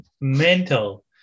mental